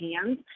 hands